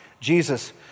Jesus